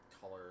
color